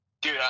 Dude